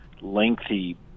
lengthy